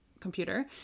computer